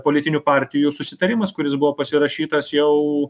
politinių partijų susitarimas kuris buvo pasirašytas jau